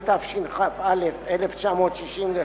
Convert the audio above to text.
התשכ"א 1961,